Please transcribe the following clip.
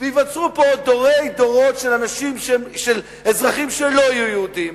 וייווצרו פה דורי דורות של אזרחים שלא יהיו יהודים.